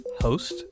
host